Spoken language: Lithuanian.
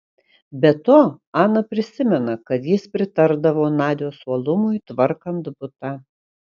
be to ana prisimena kad jis pritardavo nadios uolumui tvarkant butą